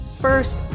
First